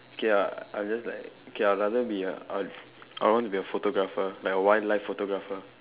okay ah I just like okay I rather be a I I want to be a photographer like a wildlife photographer